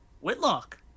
Whitlock